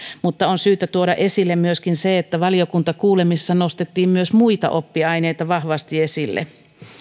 mutta on syytä tuoda esille myöskin se että valiokuntakuulemisessa nostettiin myös muita oppiaineita vahvasti esille